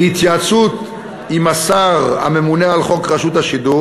בהתייעצות עם השר הממונה על חוק רשות השידור